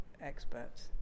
experts